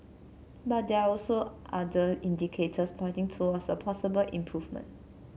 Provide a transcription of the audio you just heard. but there are other indicators pointing towards a possible improvement